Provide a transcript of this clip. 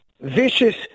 vicious